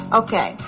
okay